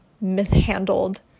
mishandled